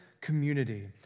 community